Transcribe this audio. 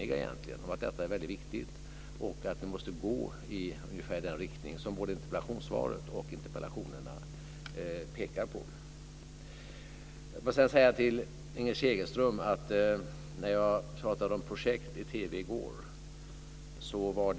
Att 138 statliga myndigheter ser över sina resor är utmärkt. Men inte heller det ändrar möjligheterna att ställa krav. Det enda det gör är att hjälpa till att synliggöra att det går att ställa krav inom vissa ramar.